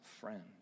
friend